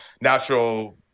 natural